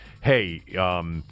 hey –